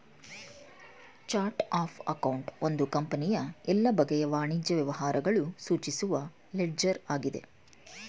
chart of account ಒಂದು ಕಂಪನಿಯ ಎಲ್ಲ ಬಗೆಯ ವಾಣಿಜ್ಯ ವ್ಯವಹಾರಗಳು ಸೂಚಿಸುವ ಲೆಡ್ಜರ್ ಆಗಿದೆ